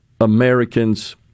Americans